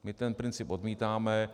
My ten princip odmítáme.